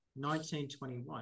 1921